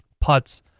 Putts